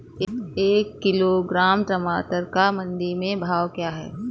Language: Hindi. एक किलोग्राम टमाटर का मंडी में भाव क्या है?